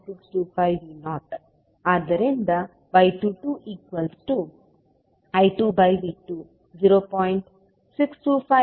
625V0 ಆದ್ದರಿಂದ y22I2V20